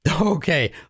Okay